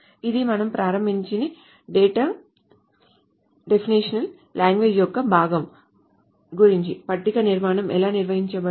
ఇది మనం ప్రారంభించే డేటా డెఫినిషన్ లాంగ్వేజ్ యొక్క భాగం గురించి పట్టిక నిర్మాణం ఎలా నిర్వచించబడింది